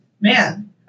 man